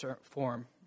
form